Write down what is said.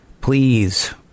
Please